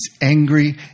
angry